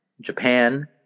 Japan